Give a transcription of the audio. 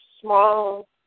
small